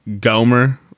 Gomer-